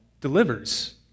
delivers